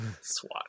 SWAT